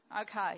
okay